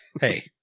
Hey